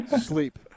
Sleep